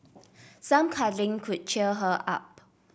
some cuddling could cheer her up